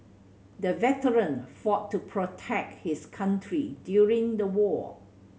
the veteran fought to protect his country during the war